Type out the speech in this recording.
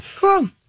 cool